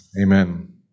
Amen